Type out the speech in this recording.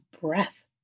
breath